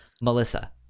Melissa